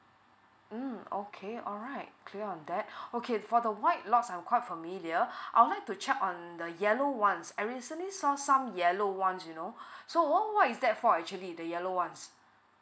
mm okay alright clear on that okay for the white lots I'm quite familiar I would like to check on the yellow one I recently saw some yellow one you know so what what is that for actually the yellow one